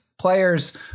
players